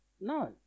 No